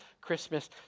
Christmas